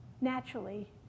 Naturally